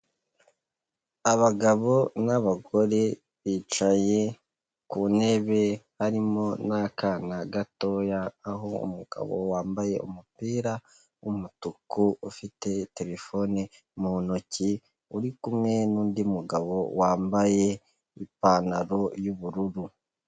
Abagabo n'abagore bicaye ku ntebe harimo n'akana gatoya aho umugabo wambaye umupira w'umutuku ufite terefone mu ntoki uri kumwe n'undi mugabo wambaye ipantaro y'ubururu.